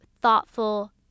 thoughtful